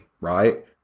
right